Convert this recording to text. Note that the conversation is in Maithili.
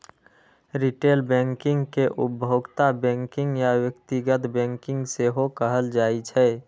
रिटेल बैंकिंग कें उपभोक्ता बैंकिंग या व्यक्तिगत बैंकिंग सेहो कहल जाइ छै